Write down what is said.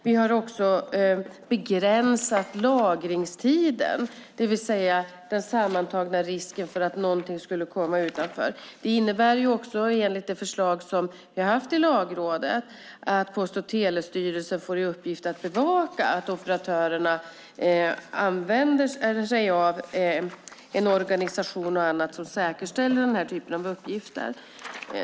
Vi har också begränsat lagringstiden, det vill säga den sammantagna risken för att någonting skulle komma utanför. Det innebär enligt det förslag vi har haft i Lagrådet att Post och telestyrelsen får i uppgift att bevaka att operatörerna använder sig av en organisation som säkerställer denna typ av uppgifter.